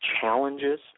challenges